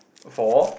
for